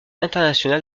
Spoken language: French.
international